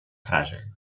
frase